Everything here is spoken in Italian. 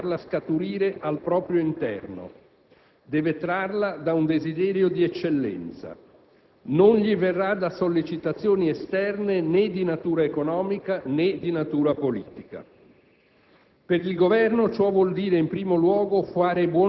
La spinta per tornare a crescere il Paese deve farla scaturire al proprio interno, deve trarla da un desiderio di eccellenza; non gli verrà da sollecitazioni esterne, né di natura economica né di natura politica.